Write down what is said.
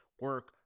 Work